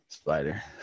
spider